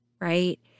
right